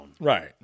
Right